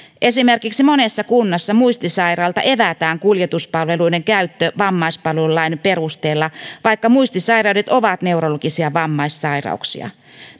esimerkiksi monessa kunnassa muistisairaalta evätään kuljetuspalveluiden käyttö vammaispalvelulain perusteella vaikka muistisairaudet ovat neurologisia vammaissairauksia